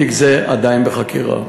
תיק זה עדיין בחקירה.